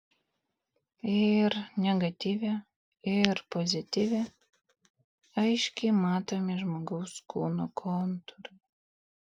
ir negatyve ir pozityve aiškiai matomi žmogaus kūno kontūrai